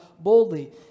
boldly